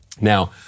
Now